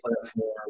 platform